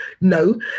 no